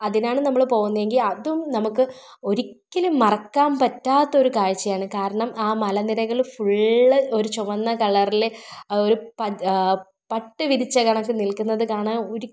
അതിനാണ് നമ്മൾ പോകുന്നതെങ്കിൽ അതും നമുക്ക് ഒരിക്കലും മറക്കാന് പറ്റാത്തൊരു കാഴ്ചയാണ് കാരണം ആ മലനിരകൾ ഫുള്ള് ഒരു ചുവന്ന കളറിൽ ഒരു പട്ട് വിരിച്ച കണക്ക് നില്ക്കുന്നത് കാണാം